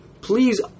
please